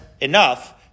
enough